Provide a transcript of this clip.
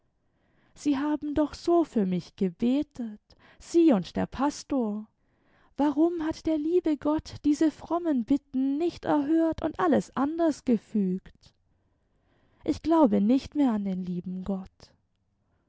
sie haben doch so für mich gebetet sie und der pastor warum hat der liebe gott diese frommen bitten nicht erhört und alles anders gefügt ich glaube nicht mehr an den lieben gott